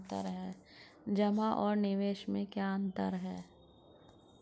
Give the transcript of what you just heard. जमा और निवेश में क्या अंतर है?